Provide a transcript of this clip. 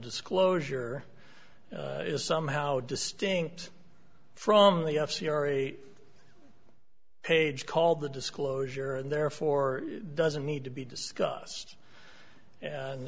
disclosure is somehow distinct from the f c r eight page called the disclosure and therefore doesn't need to be discussed and